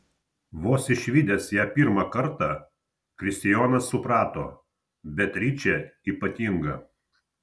vos išvydęs ją pirmą kartą kristijonas suprato beatričė ypatinga